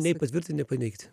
nei patvirtint nei paneigti